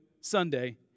Sunday